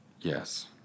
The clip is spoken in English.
yes